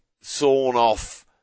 sawn-off